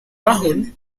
tahun